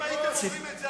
אם הייתם אומרים את זה,